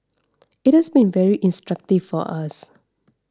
it has been very instructive for us